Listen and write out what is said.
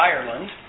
Ireland